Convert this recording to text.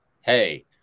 hey